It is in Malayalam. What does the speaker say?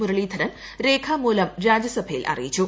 മുരളീധരൻ രേഖ്യാമൂല്പം രാജ്യസഭയിൽ അറിയിച്ചു